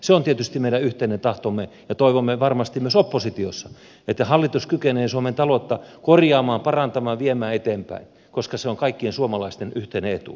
se on tietysti meidän yhteinen tahtomme ja toivomme varmasti myös oppositiossa että hallitus kykenee suomen taloutta korjaamaan parantamaan viemään eteenpäin koska se on kaikkien suomalaisten yhteinen etu